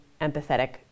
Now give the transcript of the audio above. empathetic